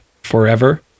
forever